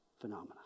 phenomena